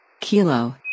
Kilo